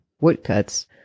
woodcuts